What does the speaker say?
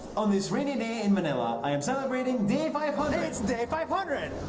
on this rainy day in manila, i am celebrating day five hundred. it's day five hundred.